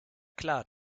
klar